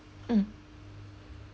mm